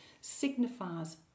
signifies